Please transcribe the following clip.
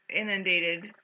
inundated